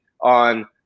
on